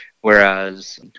whereas